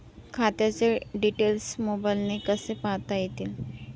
खात्याचे डिटेल्स मोबाईलने कसे पाहता येतील?